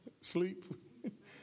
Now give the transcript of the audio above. Sleep